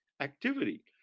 activity